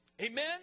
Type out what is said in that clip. Amen